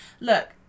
Look